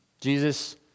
Jesus